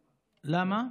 למה?